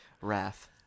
wrath